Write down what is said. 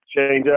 changeup